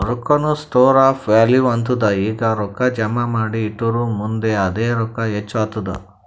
ರೊಕ್ಕಾನು store of value ಆತ್ತುದ್ ಈಗ ರೊಕ್ಕಾ ಜಮಾ ಮಾಡಿ ಇಟ್ಟುರ್ ಮುಂದ್ ಅದೇ ರೊಕ್ಕಾ ಹೆಚ್ಚ್ ಆತ್ತುದ್